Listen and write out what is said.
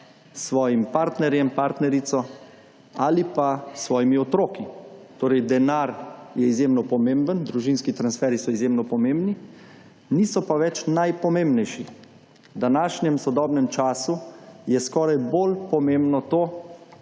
svojim partnerjem, partnerico ali pa s svojimi otroki. Torej, denar je izjemno pomemben, družinski transferji so izjemno pomembni, niso pa več najpomembnejši. V današnjem sodobnem času je skoraj bolj pomembno to,